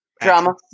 Drama